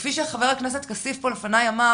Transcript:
וכפי שחבר הכנסת כסיף אמר,